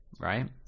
right